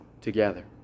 together